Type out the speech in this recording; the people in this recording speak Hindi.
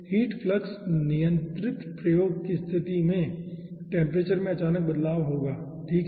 हीट फ्लक्स नियंत्रित प्रयोग की स्तिथि में टेम्परेचर में अचानक बदलाव होगा ठीक है